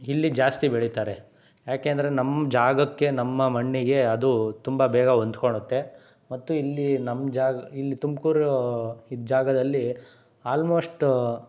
ಇಲ್ಲಿ ಜಾಸ್ತಿ ಬೆಳೀತಾರೆ ಯಾಕೆ ಅಂದರೆ ನಮ್ಮ ಜಾಗಕ್ಕೆ ನಮ್ಮ ಮಣ್ಣಿಗೆ ಅದು ತುಂಬ ಬೇಗ ಹೊಂದ್ಕೊಣುತ್ತೆ ಮತ್ತು ಇಲ್ಲಿ ನಮ್ಮ ಜಾಗ ಇಲ್ಲಿ ತುಮಕೂರು ಇದ್ದ ಜಾಗದಲ್ಲಿ ಆಲ್ಮೋಶ್ಟ